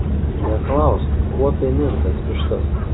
neklausk kuo penim tas vištas